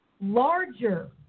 larger